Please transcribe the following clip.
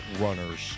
runners